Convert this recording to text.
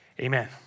Amen